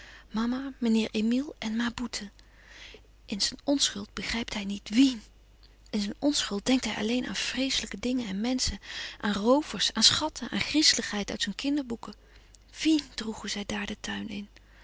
mama meneer emile en ma boeten in zijn onschuld begrijpt hij niet wien in zijn onschuld denkt hij alleen aan vreeslijke dingen en menschen aan roovers aan schatten aan griezeligheid uit zijn kinderboeken wien droegen zij daar den tuin in